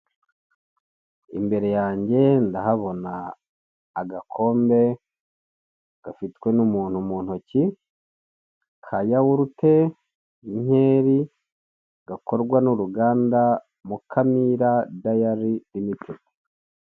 Imbere yange ndahabona agakombe gafitwe n'umuntu mu ntoki ka yahurute y'inkeri gakorwa n'uruganda Mukamira dayari limitedi.